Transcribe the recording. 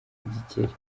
igikeri